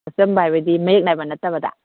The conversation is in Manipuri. ꯑꯆꯝꯕ ꯍꯥꯏꯕꯗꯤ ꯃꯌꯦꯛ ꯅꯥꯏꯕ ꯅꯠꯇꯕꯗ